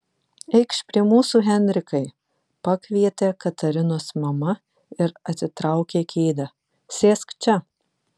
eikš prie mūsų henrikai pakvietė katarinos mama ir atitraukė kėdę sėsk čia